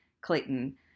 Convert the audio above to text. Clayton